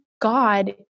god